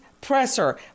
presser